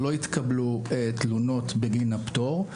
לא התקבלו תלונות בגין הפטור,